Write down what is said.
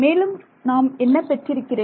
மேலும் நான் என்ன பெற்றிருக்கிறேன்